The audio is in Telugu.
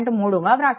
3గా వ్రాసాను